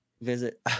visit